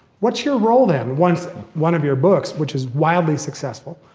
what's your role then? once one of your books which is wildly successful,